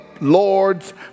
Lord's